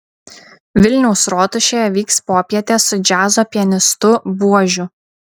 vilniaus rotušėje vyks popietė su džiazo pianistu buožiu